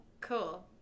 Cool